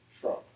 Trump